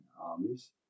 armies